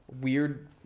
weird